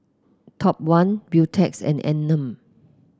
Top One Beautex and Anmum